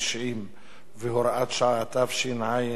התשע"ב 2012,